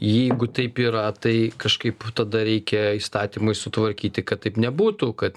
jeigu taip yra tai kažkaip tada reikia įstatymai sutvarkyti kad taip nebūtų kad